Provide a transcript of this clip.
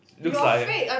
looks like eh